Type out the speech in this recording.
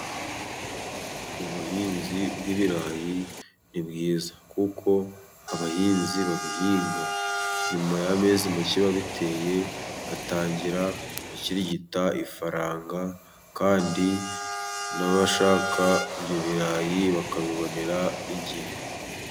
Ubuhinzi bw'ibirayi ni bwiza kuko abahinzi babihinga nyuma y'amezi make babiteye batangira gukirigita ifaranga kandi n'abashaka ibyo birayi bakabibonera igihe.